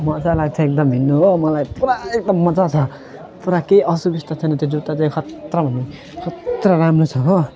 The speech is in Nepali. मजा लाग्छ एकदम हिँड्नु हो मलाई पुरा एकदम मजा छ तर केही असुविस्ता छैन त्यो जुत्ता चाहिँ खतरा भनौँ खतरा राम्रो छ हो